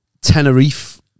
tenerife